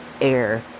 air